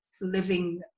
living